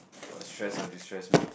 or stress or distress me